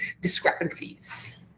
discrepancies